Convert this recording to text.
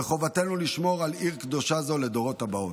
וחובתנו לשמור על עיר קדושה זו לדורות הבאים.